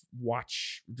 watch